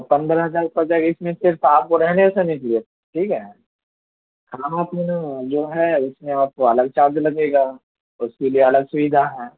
پندرہ ہزار پڑ جائگا اس میں صرف آپ کو رہنے سہنے کے لیے ٹھیک ہے کھانا پینا جو ہے اس میں آپ کو الگ چارج لگے گا اس کے لیے الگ سویدھا ہیں